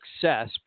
success